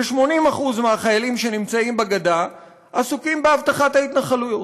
ו-80% מהחיילים שנמצאים בגדה עסוקים באבטחת ההתנחלויות.